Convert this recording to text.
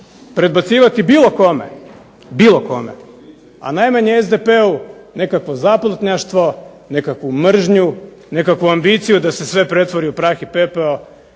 predbacivati bilo kome, bilo kome a najmanje SDP-u nekakvo …/Ne razumije se./…, nekakvu mržnju, nekakvu ambiciju da se sve pretvori u prah i pepeo.